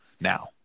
now